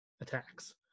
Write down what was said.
attacks